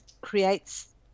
creates